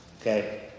Okay